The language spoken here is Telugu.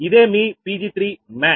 ఇదేమీ Pg3max